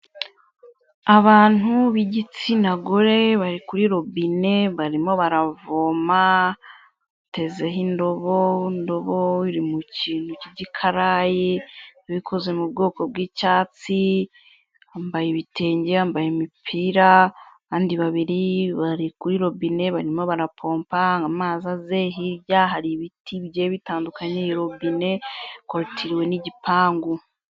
Abantu b'igitsina gore, bari kuri robine, barimo baravoma, batezeho indobo, indobo iri mu kintu cy'ikarayi, bikoze mu bwoko bw'icyatsi, yambaye ibitenge, yambaye imipira, abandi babiri bari kuri robine, barimo barapompa ngo amazi aze, hirya hari ibiti bigiye bitandukanye, robine, hakorotiriwe n'igipangu.